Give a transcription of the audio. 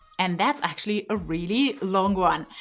and that's actually a really long one.